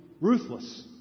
Ruthless